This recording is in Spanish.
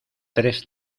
tres